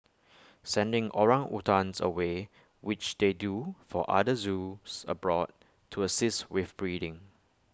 sending orangutans away which they do for other zoos abroad to assist with breeding